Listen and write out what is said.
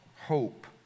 Hope